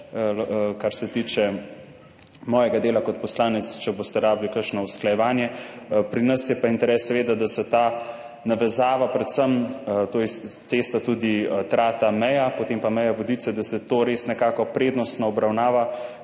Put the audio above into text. kar se tiče mojega dela kot poslanca, če boste rabili kakšno usklajevanje. Pri nas je pa interes seveda, da se ta navezava, predvsem cesta Trata–Meja, potem pa Meja–Vodice, res nekako prednostno obravnava.